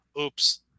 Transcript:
Oops